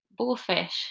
bullfish